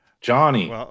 Johnny